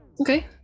okay